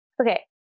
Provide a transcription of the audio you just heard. Okay